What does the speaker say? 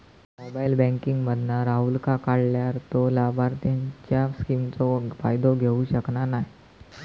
mobile banking मधना राहूलका काढल्यार तो लाभार्थींच्या स्किमचो फायदो घेऊ शकना नाय